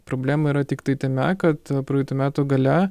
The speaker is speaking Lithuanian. problemų yra tiktai tame kad praeitų metų gale